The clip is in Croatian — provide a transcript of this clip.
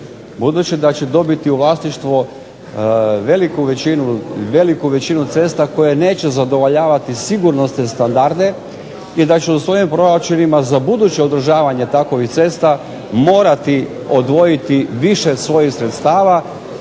Budući da će dobiti u vlasništvo veliku većinu cesta koje neće zadovoljavati sigurnosne standarde i da će u svojim proračunima za buduće održavanje takvih cesta morati odvojiti više svojih sredstava